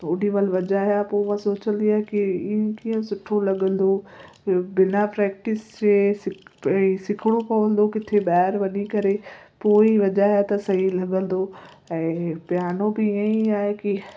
त होॾी महिल वॼाया पोइ सोचंदी आहियां कि ई कीअं सुठो लॻंदो बिना प्रेक्टिस जे सिख भई सिखिणो पवंदो किथे ॿाहिरि वञी करे पोइ वॼाया त सही लॻंदो ऐं प्यानो बि इअं ई आहे कि